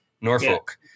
Norfolk